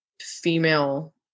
female